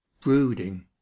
brooding